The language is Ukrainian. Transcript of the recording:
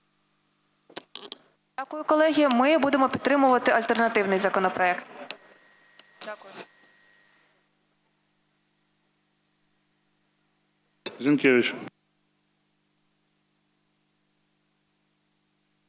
Дякую, колеги. Ми будемо підтримувати альтернативний законопроект. Дякую.